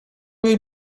jej